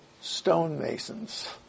stonemasons